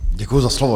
Děkuju za slovo.